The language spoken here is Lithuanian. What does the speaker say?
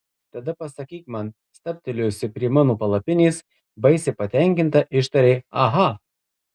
tada pasakyk man stabtelėjusi prie mano palapinės baisiai patenkinta ištarei aha